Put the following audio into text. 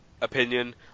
opinion